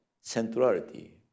centrality